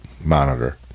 monitor